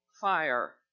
fire